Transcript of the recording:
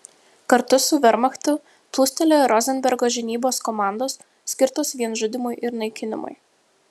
kartu su vermachtu plūstelėjo rozenbergo žinybos komandos skirtos vien žudymui ir naikinimui